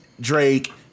Drake